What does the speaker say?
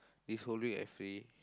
this whole week I free